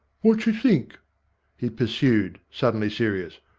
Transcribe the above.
wotjer think he pursued, suddenly serious,